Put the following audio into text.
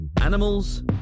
Animals